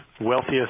wealthiest